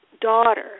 daughter